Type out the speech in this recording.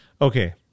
Okay